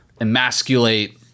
emasculate